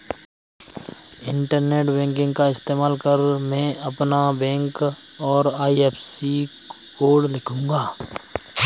internet banking का इस्तेमाल कर मैं अपना बैंक और आई.एफ.एस.सी कोड लिखूंगा